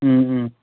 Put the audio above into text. ও ও